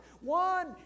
One